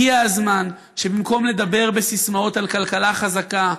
הגיע הזמן שבמקום לדבר בסיסמאות על כלכלה חזקה,